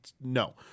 No